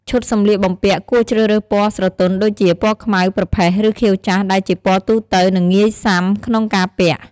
ឈុតសម្លៀកបំពាក់គួរជ្រើសរើសពណ៌ស្រទន់ដូចជា ពណ៌ខ្មៅ ប្រផេះ ឬខៀវចាស់ ដែលជាពណ៌ទូទៅ និងងាយសាំក្នុងការពាក់។